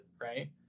right